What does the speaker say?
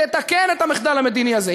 תתקן את המחדל המדיני הזה.